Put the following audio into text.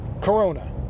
Corona